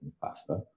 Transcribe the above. faster